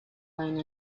lane